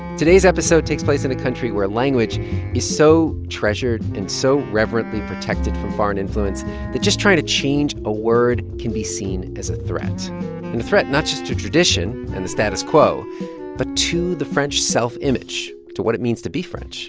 today's episode takes place in a country where language is so treasured and so reverently protected from foreign influence that just trying to change a word can be seen as a threat, and a threat not just to tradition and the status quo but to the french self-image, to what it means to be french